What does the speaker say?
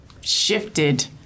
shifted